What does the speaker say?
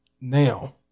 now